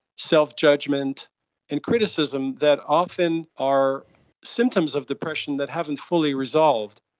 self-judgement and criticism that often are symptoms of depression that haven't fully resolved.